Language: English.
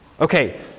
Okay